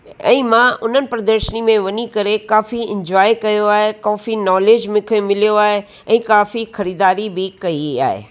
ऐं मां उन्हनि प्रदर्शनी में वञी करे काफ़ी इंजॉय कयो आहे कॉफ़ी नॉलेज मूंखे मिलियो आहे ऐं काफ़ी ख़रीदारी बि कयी आहे